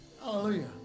Hallelujah